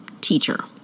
teacher